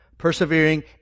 persevering